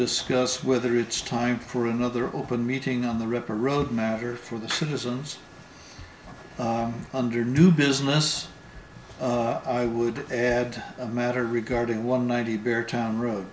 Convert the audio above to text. discuss whether it's time for another open meeting on the ripper road manager for the citizens under new business i would add a matter regarding one ninety bear town road